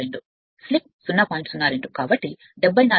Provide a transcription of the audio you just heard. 02 కాబట్టి 74